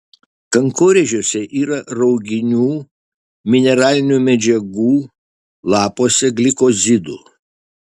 kankorėžiuose yra rauginių mineralinių medžiagų lapuose glikozidų